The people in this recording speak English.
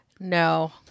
No